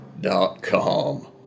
dot-com